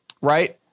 right